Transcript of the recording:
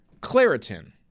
Claritin